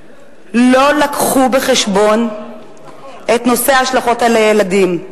לא הביאו בחשבון את נושא ההשלכות על הילדים.